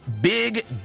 big